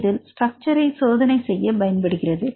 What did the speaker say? இதில் ஸ்ட்ரக்சர் சோதனை செய்ய பயன்படுகிறது